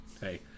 Hey